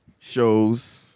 shows